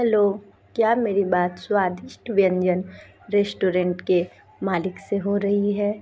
hello क्या मेरी बात स्वादिष्ट व्यंजन रेस्टोरेंट के मालिक से हो रही है